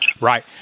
Right